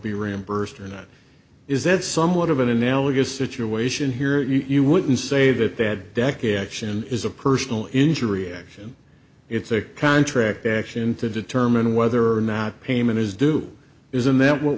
be reimbursed or not is that somewhat of an analogous situation here you would say that that deck action is a personal injury action it's a contract action to determine whether or not payment is due isn't that what